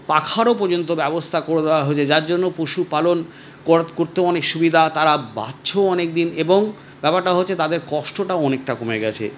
পাখারও পর্যন্ত ব্যাবস্থা করে দেওয়া হয়েছে যার জন্য পশুপালন কর করতেও অনেক সুবিধা তারা বাঁচছেও অনেকদিন এবং ব্যাপারটা হচ্ছে তাদের কষ্টটাও অনেকটা কমে গেছে